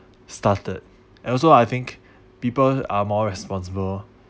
started and also I think people are more responsible